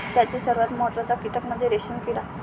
त्यातील सर्वात महत्त्वाचा कीटक म्हणजे रेशीम किडा